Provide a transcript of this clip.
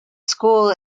school